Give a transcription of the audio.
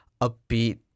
upbeat